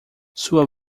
sua